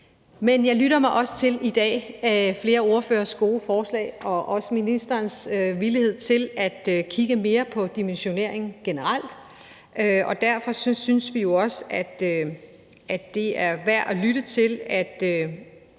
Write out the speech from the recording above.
Men jeg lytter mig også i dag til flere ordføreres gode forslag og også til ministerens villighed til at kigge mere på dimensioneringen generelt. Og derfor synes vi også, at det er værd at lytte til, og